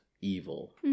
evil